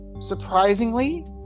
Surprisingly